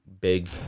big